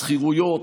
שכירויות,